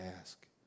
ask